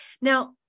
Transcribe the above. Now